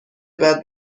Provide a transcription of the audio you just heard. بعد